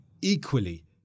equally